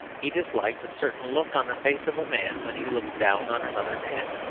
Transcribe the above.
he disliked a certain look on the face of a man when he looks down on another man.